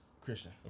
Christian